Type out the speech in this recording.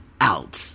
out